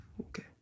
Okay